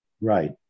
right